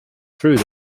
through